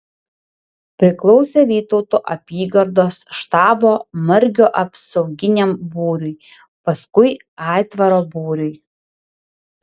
priklausė vytauto apygardos štabo margio apsauginiam būriui paskui aitvaro būriui